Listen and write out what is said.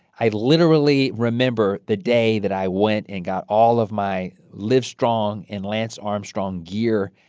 i literally remember the day that i went and got all of my livestrong and lance armstrong gear,